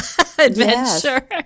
adventure